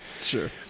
Sure